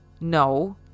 No